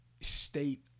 State